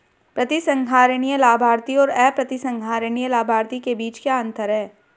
प्रतिसंहरणीय लाभार्थी और अप्रतिसंहरणीय लाभार्थी के बीच क्या अंतर है?